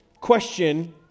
question